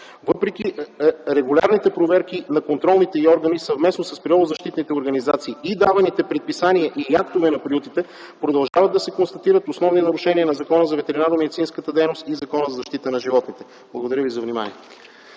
Въпреки регулярните проверки на контролните й органи съвместно с природозащитните организации и даваните предписания и актове на приютите, продължават да се констатират основни нарушения на Закона за ветеринарномедицинската дейност и Закона за защита на животните. Благодаря ви за вниманието.